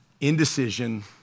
Indecision